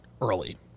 early